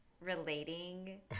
relating